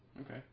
Okay